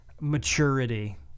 maturity